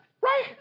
Right